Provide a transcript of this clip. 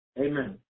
Amen